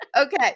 Okay